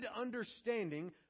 understanding